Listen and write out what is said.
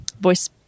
voice